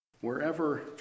Wherever